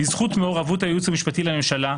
בזכות מעורבות הייעוץ המשפטי לממשלה,